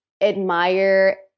admire—